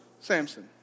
Samson